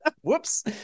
whoops